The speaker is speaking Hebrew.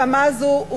על הבמה הזאת,